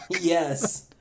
yes